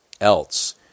else